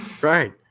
Right